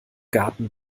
garten